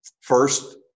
first